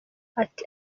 ati